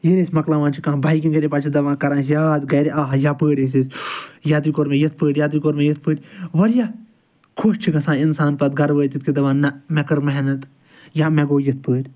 ییٚلہِ أسۍ مَکلاوان کانٛہہ بایکِنٛگ ییٚلہِ پَتہٕ چھِ دَپان کران أسۍ یاد گَرِ آہہ یَپٲرۍ ٲسۍ أسۍ یَتی کوٚر مےٚ یِتھ پٲٹھۍ یَتی کوٚر مےٚ یِتھ پٲٹھۍ واریاہ خۄش چھِ گژھان اِنسان پتہٕ گَرٕ وٲتِتھ کہ دپان نہ مےٚ کٔر محنت یا مےٚ گوٚو یِتھ پٲٹھۍ